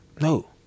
no